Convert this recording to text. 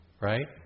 right